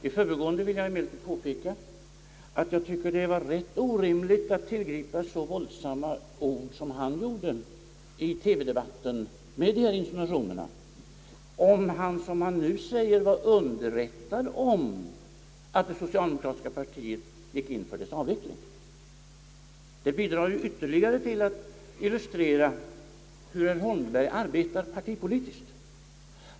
I förbigående vill jag emellertid påpeka att jag tycker det vore ganska orimligt att tillgripa så våldsamma ord som han gjorde i TV-debatten, om han, som han nu säger, var underrättad om att socialdemokratiska partiet gått in för systemets avveckling. Detta bidrar ytterligare till att illustrera hur herr Holmberg arbetar partipolitiskt.